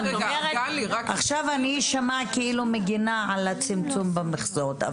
עכשיו אני אשמע כאילו מגינה על הצמצום במכסות.